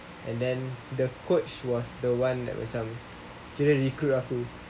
and then the coach was the one that macam kira recruit aku